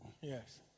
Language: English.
Yes